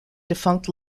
defunct